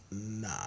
Nah